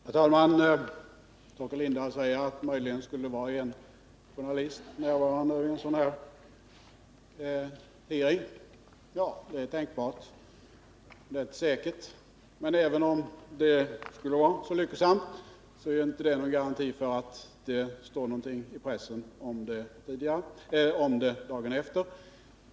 Herr talman! Torkel Lindahl säger att möjligen skulle det vara en journalist närvarande vid en hearing. Ja, det är tänkbart, men det är inte säkert, och även om det skulle vara så lyckosamt är det inte någon garanti för att det står någonting i pressen dagen efter.